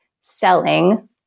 selling